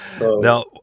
Now